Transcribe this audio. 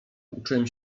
uczyłem